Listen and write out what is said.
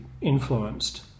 influenced